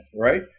right